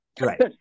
Right